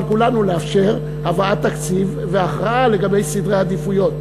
לאפשר הבאת תקציב והכרעה לגבי סדרי העדיפויות.